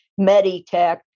Meditech